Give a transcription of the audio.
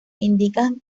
indican